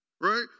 right